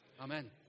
Amen